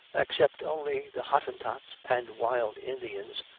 except only the hottentots and wild indians,